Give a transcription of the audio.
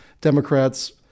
Democrats